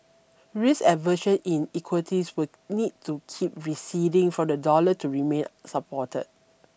risk aversion in equities will need to keep receding for the dollar to remain supported